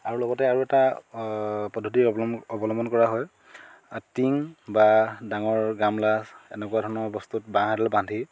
আৰু লগতে আৰু এটা পদ্ধতি অৱলম্বন অৱলম্বন কৰা হয় টিং বা ডাঙৰ গামলা এনেকুৱা ধৰণৰ বস্তুত বাঁহ এডাল বান্ধি